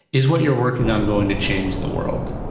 is what you're working on going to change the world?